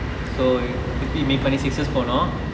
so திருப்பி:thiruppi போனோம்:ponom